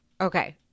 Okay